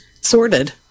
sorted